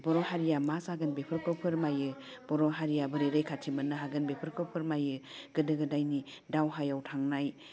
बर' हारिया मा जागोन बेफोरखौ फोरमायो बर' हारिया बोरै रैखाथि मोननो हागोन बेफोरखौ फोरमायो गोदो गोदायनि दावहायाव थांनाय